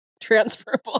transferable